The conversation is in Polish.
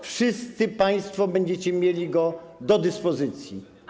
Wszyscy państwo będziecie mieli go do dyspozycji.